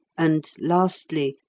and, lastly,